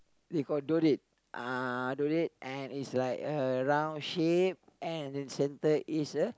they got donate uh donate and is like a round shape and in the center is a